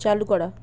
চালু করা